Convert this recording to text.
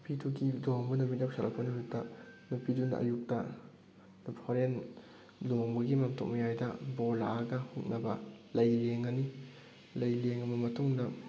ꯅꯨꯄꯤꯗꯨꯒꯤ ꯂꯨꯍꯣꯡꯕ ꯅꯨꯃꯤꯠ ꯌꯧꯁꯤꯜꯂꯛꯄ ꯅꯨꯃꯤꯠꯇ ꯅꯨꯄꯤꯗꯨꯅ ꯑꯌꯨꯛꯇ ꯍꯣꯔꯦꯟ ꯂꯨꯍꯣꯡꯕꯒꯤ ꯃꯥꯝꯇꯣꯞ ꯃꯌꯥꯏꯗ ꯕꯣꯔ ꯂꯥꯛꯑꯒ ꯍꯨꯛꯅꯕ ꯂꯩ ꯂꯦꯡꯉꯅꯤ ꯂꯩ ꯂꯦꯡꯉꯕ ꯃꯇꯨꯡꯗ